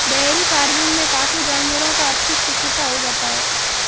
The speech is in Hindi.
डेयरी फ़ार्मिंग में काफी जानवरों का अपशिष्ट इकट्ठा हो जाता है